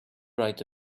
write